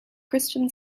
christian